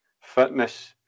fitness